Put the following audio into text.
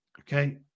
Okay